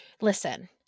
Listen